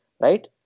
right